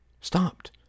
stopped